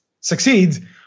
succeed